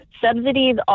Subsidies